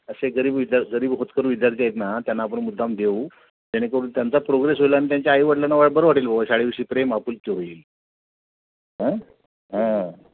असे गरीब विद्यार गरीब होतकर विद्यार्थी आहेत ना त्यांना आपण मुद्दाम देऊ जेणेकरून त्यांचा प्रोग्रेस होईल आणि त्यांच्या आईवडलांना व बरं वाटेल व शाळेविषी प्रेम आपुलकी होईल